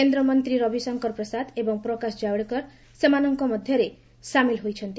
କେନ୍ଦ୍ରମନ୍ତ୍ରୀ ରବିଶଙ୍କର ପ୍ରସାଦ ଏବଂ ପ୍ରକାଶ ଜାଭ୍ଡେକର୍ ସେମାନଙ୍କ ମଧ୍ୟରେ ସାମିଲ୍ ହୋଇଛନ୍ତି